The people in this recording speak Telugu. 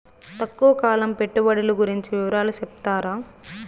తక్కువ కాలం పెట్టుబడులు గురించి వివరాలు సెప్తారా?